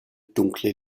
dunkle